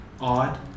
odd